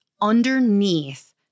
underneath